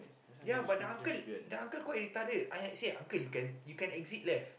ya but the uncle the uncle quite retarded I say uncle you can you can exit left